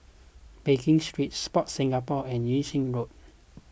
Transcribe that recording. Pekin Street Sport Singapore and Yung Sheng Road